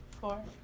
four